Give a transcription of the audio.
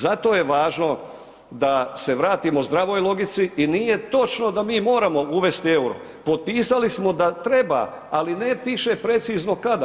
Zato je važno da se vratimo zdravoj logici i nije točno da mi moramo uvesti EUR-o, potpisali smo da treba, ali ne piše precizno kada.